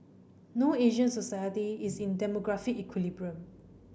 no Asian society is in demographic equilibrium